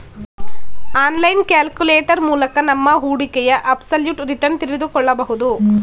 online calculator ಮೂಲಕ ನಮ್ಮ ಹೂಡಿಕೆಯ ಅಬ್ಸಲ್ಯೂಟ್ ರಿಟರ್ನ್ ತಿಳಿದುಕೊಳ್ಳಬಹುದು